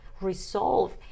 resolve